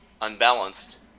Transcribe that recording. unbalanced